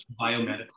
biomedical